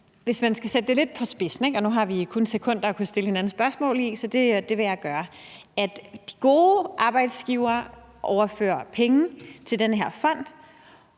Hvis man skal sætte det lidt på spidsen, ikke? – og nu har vi kun sekunder at stille hinanden spørgsmål i, så det vil jeg gøre – så er det sådan, at de gode arbejdsgivere overfører penge til den her fond,